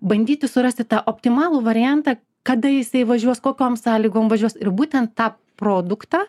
bandyti surasti tą optimalų variantą kada jisai važiuos kokiom sąlygom važiuos ir būtent tą produktą